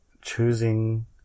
choosing